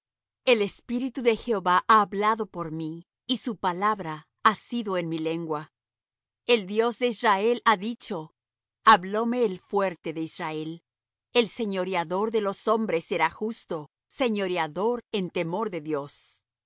el espíritu de jehová ha hablado por mí y su palabra ha sido en mi lengua el dios de israel ha dicho hablóme el fuerte de israel el señoreador de los hombres será justo señoreador en temor de dios